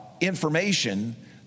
information